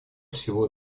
всего